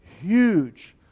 huge